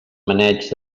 maneig